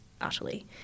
utterly